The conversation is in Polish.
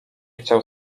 chciał